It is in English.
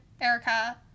Erica